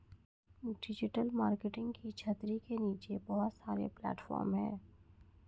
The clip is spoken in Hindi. डिजिटल मार्केटिंग की छतरी के नीचे बहुत सारे प्लेटफॉर्म हैं